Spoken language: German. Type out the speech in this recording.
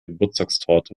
geburtstagstorte